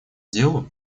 делу